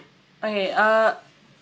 okay uh